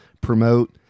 promote